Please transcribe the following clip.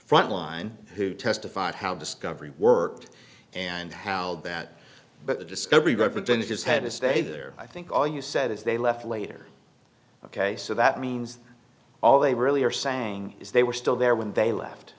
frontline who testified how discovery worked and held that but the discovery representatives had to stay there i think all you said is they left later ok so that means all they really are saying is they were still there when they left